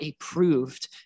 approved